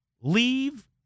leave